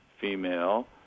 female